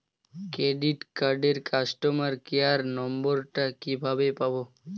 Credit কার্ডের customer care number টা কিভাবে পাবো?